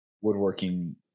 woodworking